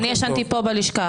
אני ישנתי פה בלשכה שלי.